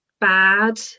bad